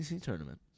tournament